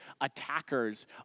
attackers